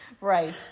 Right